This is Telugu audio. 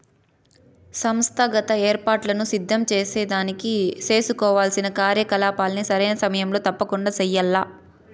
సంస్థాగత ఏర్పాట్లను సిద్ధం సేసేదానికి సేసుకోవాల్సిన కార్యకలాపాల్ని సరైన సమయంలో తప్పకండా చెయ్యాల్ల